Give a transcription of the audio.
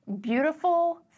beautiful